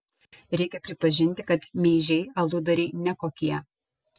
reikia pripažinti kad meižiai aludariai ne kokie